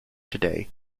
today